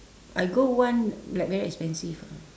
I go one like very expensive ah